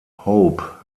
hope